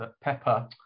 Pepper